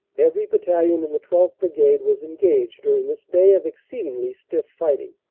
every battalion in the twelfth. brigade was engaged during this day of exceedingly stiff fighting,